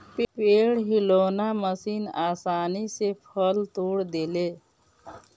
पेड़ हिलौना मशीन आसानी से फल तोड़ देले